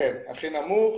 כן, הכי נמוך.